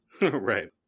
Right